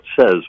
says